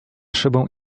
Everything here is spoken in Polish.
szybą